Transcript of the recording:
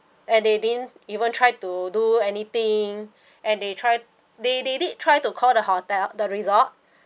and they didn't even try to do anything and they tried they they did try to call the hotel the resort